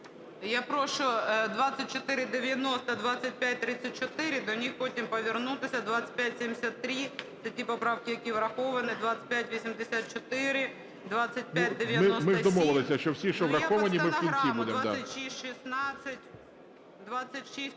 Я прошу 2490, 2534, до них потім повернутись. 2573, це ті поправки, які враховані, 2584, 2597... ГОЛОВУЮЧИЙ. Ми домовилися, що всі, що враховані, ми в кінці будемо.